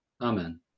Amen